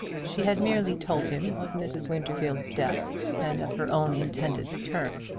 she had merely told him of mrs. winterfield's death and of her own intended return.